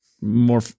more